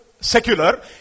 secular